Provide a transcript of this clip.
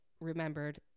remembered